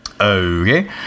Okay